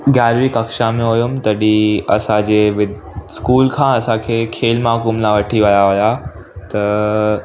ग्यारवीं कक्षा में हुअमि तॾहिं असांजे वि स्कूल खां असांखे खेल महाकुंभ लाइ वठी विया हुआ त